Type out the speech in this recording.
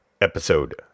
episode